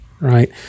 right